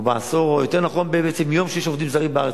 או יותר נכון מיום שיש עובדים זרים בארץ,